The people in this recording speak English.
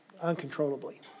Uncontrollably